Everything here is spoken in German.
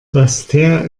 basseterre